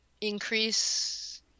increase